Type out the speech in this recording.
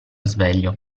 sveglio